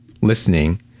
listening